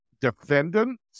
defendants